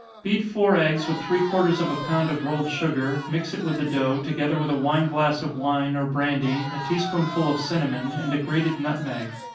beat four eggs with three-quarters of a pound of rolled sugar, mix it with the dough, together with a wine glass of wine, or brandy, a tea-spoonful of cinnamon, and a grated nutmeg.